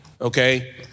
Okay